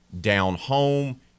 down-home